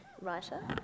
writer